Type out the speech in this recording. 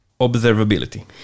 Observability